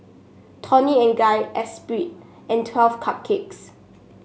Toni and Guy Esprit and Twelve Cupcakes